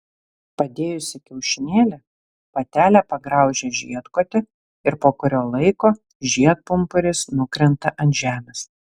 padėjusi kiaušinėlį patelė pagraužia žiedkotį ir po kurio laiko žiedpumpuris nukrenta ant žemės